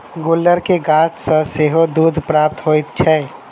गुलर के गाछ सॅ सेहो दूध प्राप्त होइत छै